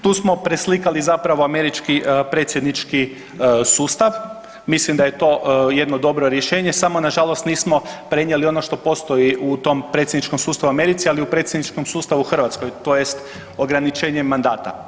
Tu smo preslikali zapravo američki predsjednički sustav, mislim da je to jedno dobro rješenje, samo nažalost nismo prenijeli ono što postoji u tom predsjedničkom sustavu u Americi, ali i u predsjedničkom sustavu u Hrvatskoj tj. ograničenje mandata.